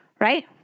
right